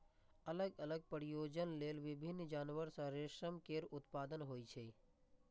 अलग अलग प्रयोजन लेल विभिन्न जानवर सं रेशम केर उत्पादन होइ छै